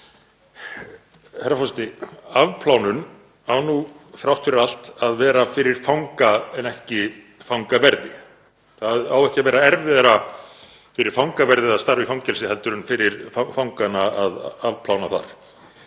forseti. Afplánun á nú þrátt fyrir allt að vera fyrir fanga en ekki fangaverði. Það á ekki að vera erfiðara fyrir fangaverði að starfa í fangelsi heldur en fyrir fangana að afplána þar.